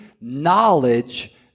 knowledge